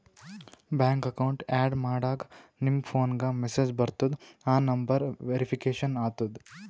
bank account add ಮಾಡಾಗ್ ನಿಮ್ ಫೋನ್ಗ ಮೆಸೇಜ್ ಬರ್ತುದ್ ಆ ನಂಬರ್ ವೇರಿಫಿಕೇಷನ್ ಆತುದ್